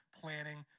planning